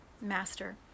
master